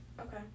okay